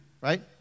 right